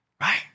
Right